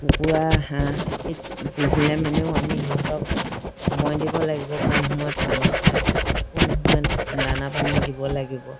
কুকুৰা হাঁহ পুহিলে মানেও আমি সিহঁতক সময় দিব লাগিব কোন সময়ত পানী খায় কোন সময়ত দানা পানী দিব লাগিব